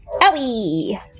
Owie